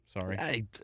Sorry